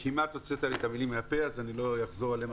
כמעט הוצאת לי את המילים מהפה, אז לא אחזור עליהן.